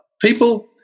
people